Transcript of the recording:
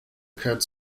occurred